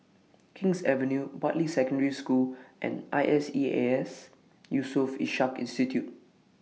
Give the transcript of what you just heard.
King's Avenue Bartley Secondary School and I S E A S Yusof Ishak Institute